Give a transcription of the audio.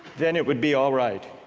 then it would be all right?